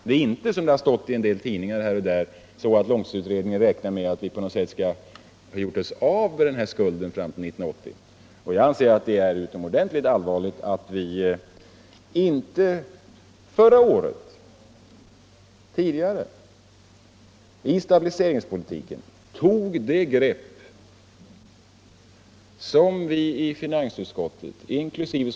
Det är inte, som det har stått i en del tidningar, så att långtidsutredningen räknar med att vi på något sätt skall ha gjort oss av med den här skulden fram till 1980. Jag anser att det är utomordentligt allvarligt att man inte förra året eller tidigare i stabiliseringspolitiken tog det grepp som vi i finansutskottet, inkl.